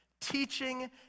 teaching